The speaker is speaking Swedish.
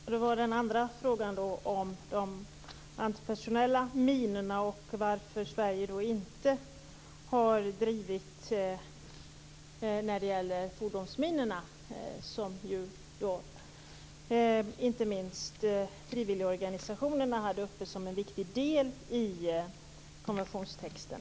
Herr talman! Jag upprepar den andra frågan om de antipersonella minorna. Varför har Sverige inte drivit frågan om fordonsminorna? Inte minst frivilligorganisationerna hade detta uppe som en viktig del av konventionstexten.